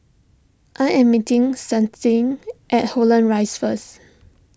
I am meeting at Holland Rise first